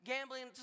Gambling